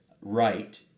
right